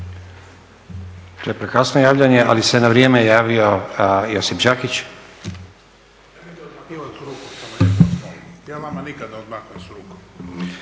To je prekasno javljanje, ali se na vrijeme javio Josip Đakić. **Đakić, Josip